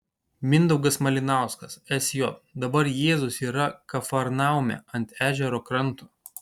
mindaugas malinauskas sj dabar jėzus yra kafarnaume ant ežero kranto